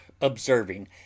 observing